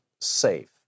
safe